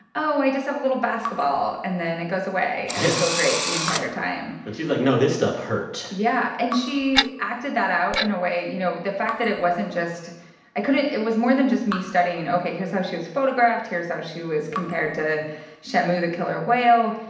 oh, i just have a little basketball and then it goes away. yeah. and i feel great the entire time and she's like, no, this stuff hurt yeah. and she acted that out in a way you know, the fact that it wasn't just i couldn't it was more than just me studying, ok, here's how she was photographed, here's how she was compared to shamu the killer whale.